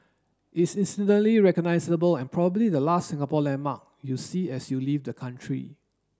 it's instantly recognisable and probably the last Singapore landmark you'll see as you leave the country